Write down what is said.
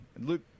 Luke